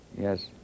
Yes